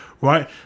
right